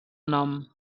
nom